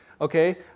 okay